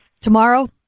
Tomorrow